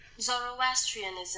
Zoroastrianism